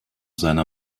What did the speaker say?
seiner